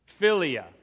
philia